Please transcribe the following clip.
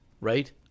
Right